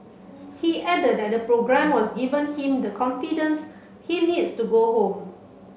he added that programme was given him the confidence he needs to go home